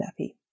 nappy